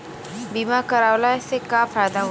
बीमा करवला से का फायदा होयी?